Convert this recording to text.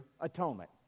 Atonement